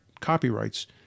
copyrights